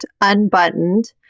unbuttoned